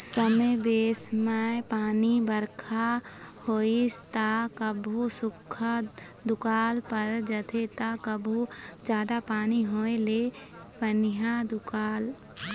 समे बेसमय पानी बरखा होइस त कभू सुख्खा दुकाल पर जाथे त कभू जादा पानी होए ले पनिहा दुकाल